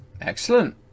excellent